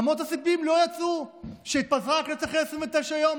אמות הסיפים לא רעדו כשהתפזרה הכנסת אחרי 29 יום?